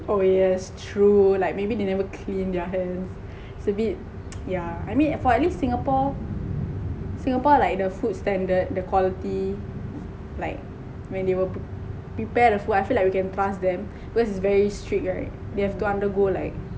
oh yes true like maybe they never clean their hands its a bit yeah I mean for at least the singapore singapore like the food standard the quality like when they were prepare the food I feel like we can trust them because it is very strict right they have to undergo like